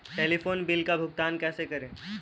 Telephone bill का भुगतान कैसे करें?